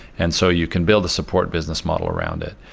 and so you can build a support business model around it,